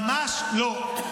ממש לא.